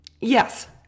yes